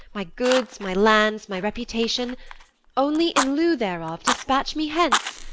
my goods, my lands, my reputation only, in lieu thereof, dispatch me hence.